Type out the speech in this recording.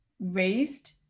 raised